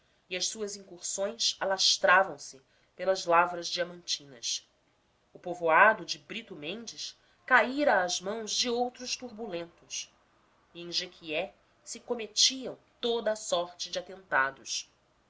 e as suas incursões alastravam se pelas lavras diamantinas o povoado de barra do mendes caíra às mãos de outros turbulentos e em jequié se cometiam toda a sorte de atentados